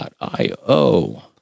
io